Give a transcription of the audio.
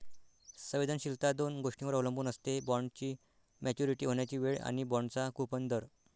संवेदनशीलता दोन गोष्टींवर अवलंबून असते, बॉण्डची मॅच्युरिटी होण्याची वेळ आणि बाँडचा कूपन दर